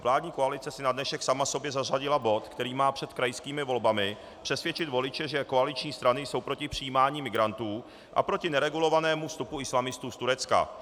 Vládní koalice si na dnešek sama sobě zařadila bod, který má před krajskými volbami přesvědčit voliče, že koaliční strany jsou proti přijímání migrantů a proti neregulovanému vstupu islamistů z Turecka.